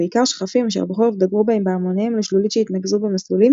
ובעיקר שחפים אשר בחורף דגרו בהם בהמוניהם על שלולית שהתנקזו במסלולים,